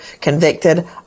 convicted